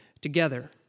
together